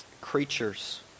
creatures